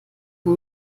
von